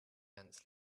ants